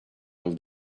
over